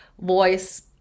voice